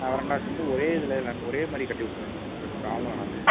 வராண்டா cement ஒரே இதில் lane ஒரே மாதிரி கட்டி விட்ருறேன் சார் ஒன்றும் பிரச் ப்ராப்ளம் வராது